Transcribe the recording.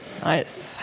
Nice